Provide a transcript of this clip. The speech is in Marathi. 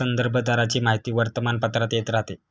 संदर्भ दराची माहिती वर्तमानपत्रात येत राहते